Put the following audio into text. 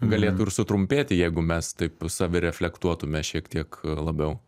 galėtų ir sutrumpėti jeigu mes taip savireflektuotume šiek tiek labiau